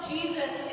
Jesus